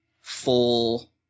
full